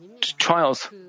trials